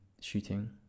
shooting